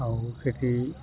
আহু খেতি